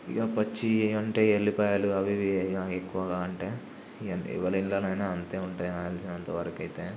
ఇక పచ్చి అంటే ఎల్లిపాయలు అవి ఇవి ఇగ ఎక్కువగా అంటే ఇంకా ఎవరింట్లోనైనా అట్లే ఉంటాయి నాకు తెలిసినంతవరకు అయితే